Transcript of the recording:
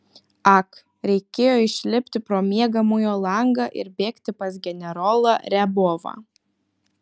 ak reikėjo išlipti pro miegamojo langą ir bėgti pas generolą riabovą